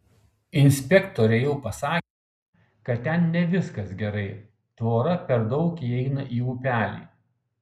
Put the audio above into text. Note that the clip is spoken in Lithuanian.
inspektoriai jau pasakė kad ten ne viskas gerai tvora per daug įeina į upelį